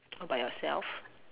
all by yourself